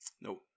No